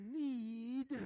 need